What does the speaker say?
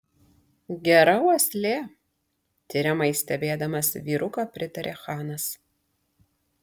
gera uoslė tiriamai stebėdamas vyruką pritarė chanas